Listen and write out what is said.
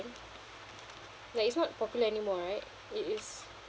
like it's not popular anymore right it is